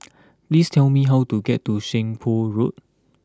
please tell me how to get to Seng Poh Road